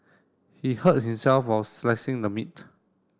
he hurt himself while slicing the meat